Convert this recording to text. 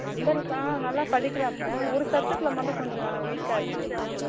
அன்பரசா நல்லா படிக்கிறாப்ல ஒரு சப்ஜெக்ட்டில் மட்டும் கொஞ்சம் வீக்காக இருக்காங்க